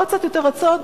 עוד קצת יותר רזות,